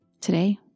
Today